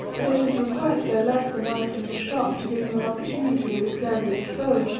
but at his request i left the knife in his shop to give him an opportunity of examining it further.